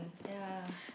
ya